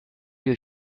your